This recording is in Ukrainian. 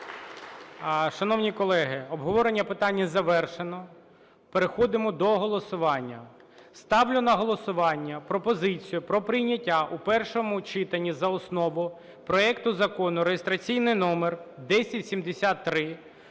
Шановні колеги! Обговорення питання завершено. Переходимо до голосування. Ставлю на голосування пропозицію про прийняття у першому читанні за основу проекту закону (реєстраційний номер 1073)